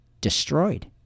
destroyed